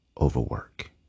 Overwork